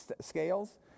scales